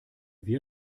wir